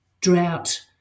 drought